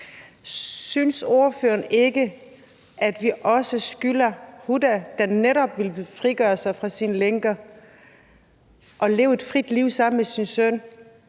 Synes ordføreren ikke, at vi skylder Huda, der netop ville frigøre sig af sine lænker og leve et frit liv sammen med sin søn,